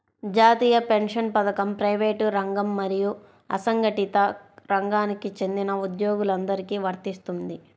జాతీయ పెన్షన్ పథకం ప్రైవేటు రంగం మరియు అసంఘటిత రంగానికి చెందిన ఉద్యోగులందరికీ వర్తిస్తుంది